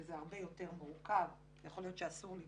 ומה שאנחנו מבקשים ומה שאנחנו מובילים זה קו של יכול להיות שהכול בסדר,